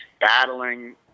battling